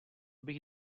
bych